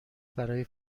برای